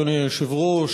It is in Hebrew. אדוני היושב-ראש,